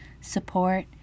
support